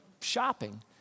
shopping